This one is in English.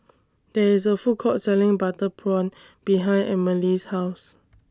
There IS A Food Court Selling Butter Prawn behind Amelie's House